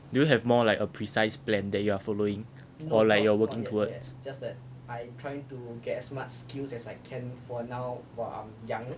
do you have more like a precise plan that you are following or like you are working towards